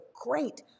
great